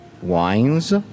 wines